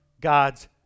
God's